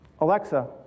Alexa